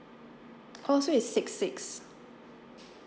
oh so it's six six